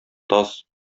таз